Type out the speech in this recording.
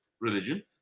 religion